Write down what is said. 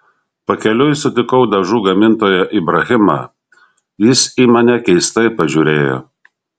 pakeliui sutikau dažų gamintoją ibrahimą jis į mane keistai pažiūrėjo